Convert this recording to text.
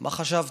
מה חשבתם?